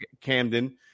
Camden